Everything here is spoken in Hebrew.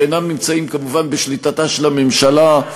שאינם נמצאים כמובן בשליטתה של הממשלה.